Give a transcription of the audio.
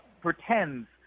pretends